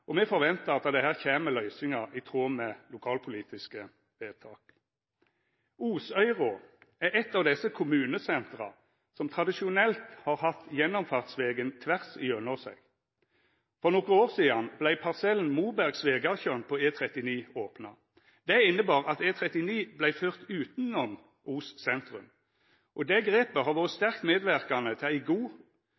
og me forventar at det her kjem løysingar i tråd med lokalpolitiske vedtak. Osøyro er eit av desse kommunesentera som tradisjonelt har hatt gjennomfartsvegen tvers gjennom seg. For nokre år sidan vart parsellen Moberg–Svegatjørn på E39 opna. Det innebar at E39 vart ført utanom Os sentrum, og det grepet har vore